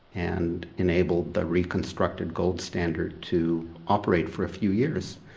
and enabled the reconstructed gold standard to operate for a few years.